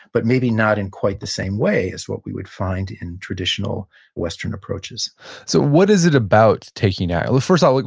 but maybe not in quite the same way as what we would find in traditional western approaches so, what is it about taking, ah well first like